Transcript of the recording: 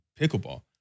pickleball